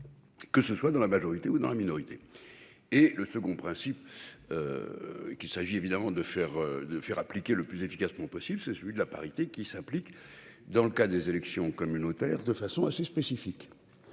Que ce soit dans la majorité ou dans la minorité. Et le second principe. Qu'il s'agit évidemment de faire de faire appliquer le plus efficacement possible, c'est celui de la parité qui s'applique dans le cas des élections communautaires. De façon assez spécifique.